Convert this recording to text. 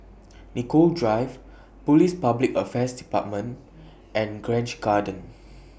Nicoll Drive Police Public Affairs department and Grange Garden